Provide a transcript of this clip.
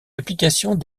applications